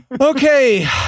okay